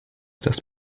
das